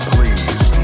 Please